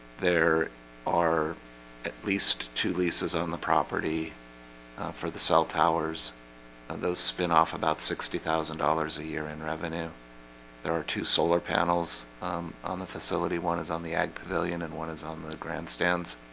there are at least two leases on the property for the cell towers and those spin off about sixty thousand dollars a year in revenue there are two solar panels on the facility one is on the ag pavilion and one is on the grandstands